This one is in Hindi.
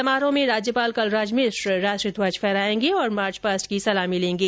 समारोह में राज्यपाल कलराज मिश्र राष्ट्रीय ध्वज फहराएंगे और मार्चपास्ट की सलामी लेगें